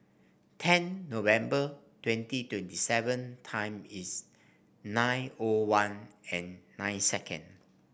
ten November twenty twenty seven time is nine O one and nine second